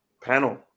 panel